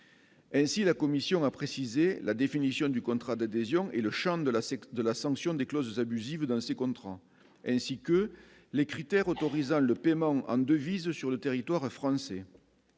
Ainsi, la Commission a précisé la définition du contrat d'adhésion et le charme de la secte de la sanction des clauses abusives dans ses contrant ainsi que les critères autorisant le paiement en devises sur le territoire français.